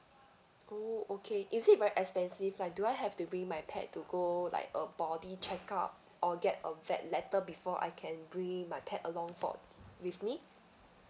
oh okay is it very expensive like do I have to bring my pet to go like a body check-up or get a vet letter before I can bring my pet along for with me